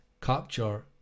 capture